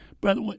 brother